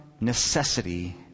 necessity